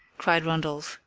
cried randolph,